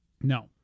No